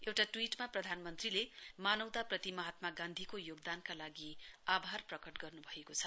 एउटा ट्वीटमा प्रधानमन्त्रीले मानवताप्रति महात्मा गान्धीको योगदानका लागि आभार प्रकट गर्नु भएको छ